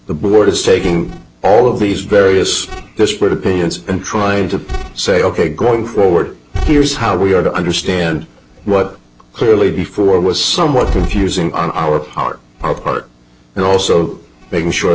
the board is taking all of these various disparate opinions and trying to say ok going forward here's how we are to understand what clearly before it was somewhat confusing on our part our part and also making sure